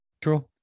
True